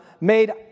made